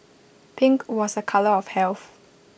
pink was A colour of health